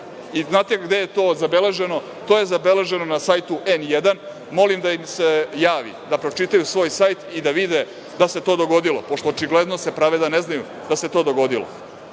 znate gde je to zabeleženo, to je zabeleženo na sajtu „N1“. Molim da im se javi da pročitaju svoj sajt i da vide da se to dogodilo, pošto očigledno se prave da ne znaju da se to dogodilo.